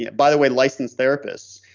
yeah by the way, licensed therapists,